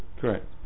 correct